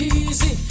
easy